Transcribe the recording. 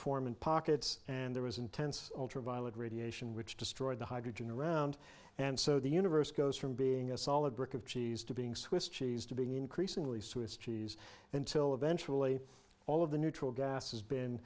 in pockets and there was intense ultraviolet radiation which destroyed the hydrogen around and so the universe goes from being a solid brick of cheese to being swiss cheese to being increasingly so it's cheese until eventually all of the neutral gas has been